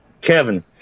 Kevin